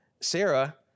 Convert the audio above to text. Sarah